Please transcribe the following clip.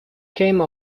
came